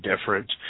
different